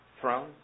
throne